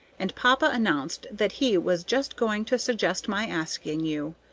and papa announced that he was just going to suggest my asking you.